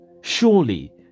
Surely